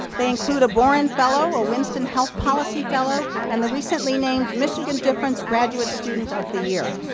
they include a borenn fellow a winston health policy fellow, and the recently named michigan difference graduate student of the year.